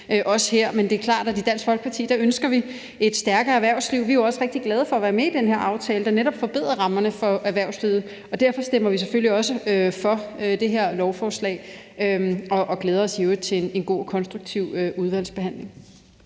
Men det er klart, at i Dansk Folkeparti ønsker vi et stærkere erhvervsliv. Vi er jo også rigtig glade for være med i den her aftale, der netop forbedrer rammerne for erhvervslivet, og derfor stemmer vi selvfølgelig også for det her lovforslag og glæder os i øvrigt til en god og konstruktiv udvalgsbehandling.